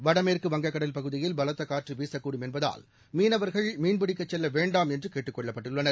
வடமேற்கு வங்கக்கடல் பகுதியில் பலத்த காற்று வீசக்கூடும் என்பதால் மீனவர்கள் மீன் பிடிக்கச் செல்ல வேண்டாம் என்று கேட்டுக் கொள்ளப்பட்டுள்ளனர்